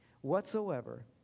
whatsoever